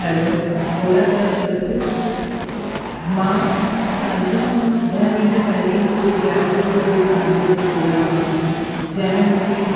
hello Ola cab services मां कंचन ॾह minute पहिरीं हिकड़ी कैब बुक कई हुई तव्हांजे ओला मां जंहिंमें मूंखे